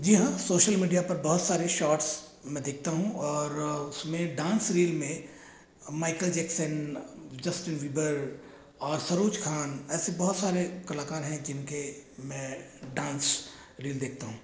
जी हाँ social media पर बहुत सारे शॉर्टस में देखता हूँ और उसमें डांस रील में माइकल जैक्सन जस्टीन बीबर और सरोज खान ऐसे बहुत सारे कलाकार है जिनके में डांस रील देखता हूँ